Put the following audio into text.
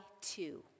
two